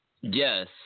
Yes